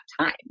time